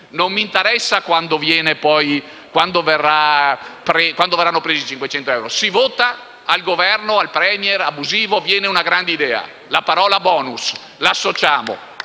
Non mi interessa quando verranno presi i 500 euro. Si vota e allora al Governo, al *Premier* abusivo, viene una grande idea: la parola *bonus*. La associamo: